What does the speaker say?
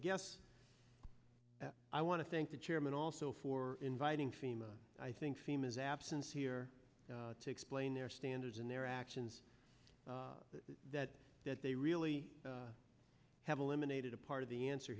guess i want to thank the chairman also for inviting fema i think females absence here to explain their standards and their actions that that they really have eliminated a part of the answer